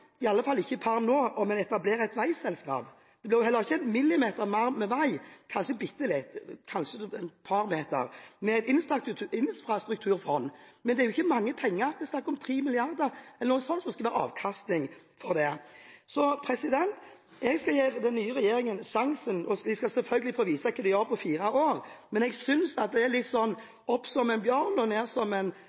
i alle fall ikke per nå – om en etablerer et veiselskap. Det blir heller ikke en millimeter mer vei – kanskje litt, kanskje et par meter – med infrastrukturfond. Men det er ikke mange penger. Det er snakk om 3 mrd. kr eller noe sånn som skal være avkastningen fra det. Jeg skal gi den nye regjeringen sjansen. Den skal selvfølgelig få vise hva den får til på fire år, men jeg synes at dette er litt opp som en bjørn, ned som en